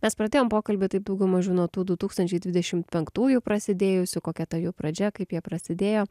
mes pradėjom pokalbį taip dauguma žino tų du tūkstančiai dvidešimt penktųjų prasidėjusių kokia ta jų pradžia kaip jie prasidėjo